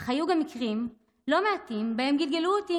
אך היו גם מקרים לא מעטים שבהם גלגלו אותי